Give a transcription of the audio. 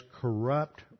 corrupt